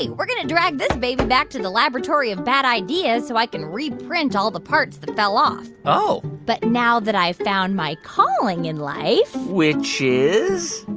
like we're going to drag this baby back to the laboratory of bad ideas so i can reprint all the parts that fell off oh but now that i've found my calling in life. which is?